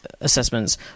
assessments